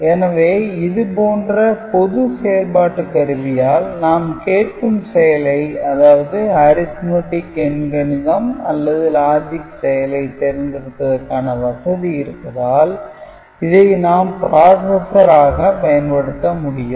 எனவே இது போன்ற பொது செயல்பாட்டு கருவியால் நாம் கேட்கும் செயலை அதாவது Arithmetic எண் கணிதம் அல்லது Logic செயலை தேர்ந்தெடுப்பதற்கான வசதி இருப்பதால் இதை நாம் processor ஆக பயன்படுத்த முடியும்